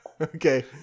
Okay